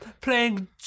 playing